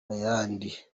yandi